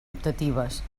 optatives